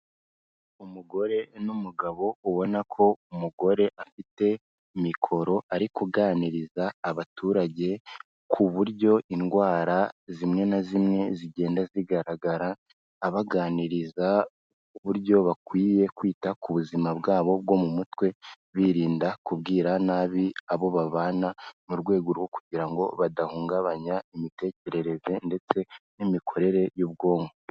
Umugore n'umugabo ubona ko umugore afite mikoro ari kuganiriza abaturage ku buryo indwara zimwe na zimwe zigenda zigaragara, abaganiriza uburyo bakwiye kwita ku buzima bwabo bwo mu mutwe, birinda kubwira nabi abo babana mu rwego rwo kugira ngo badahungabanya imitekerereze ndetse n'imikorere y'ubwonko.